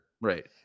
Right